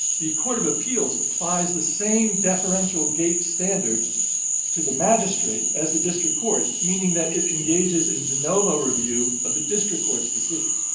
the court of appeals applies the same deferential gates standard standard to the magistrate as the district court, meaning that it engages in de novo review of the district courts's decision.